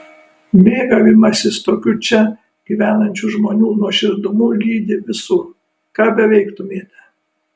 mėgavimasis tokiu čia gyvenančių žmonių nuoširdumu lydi visur ką beveiktumėte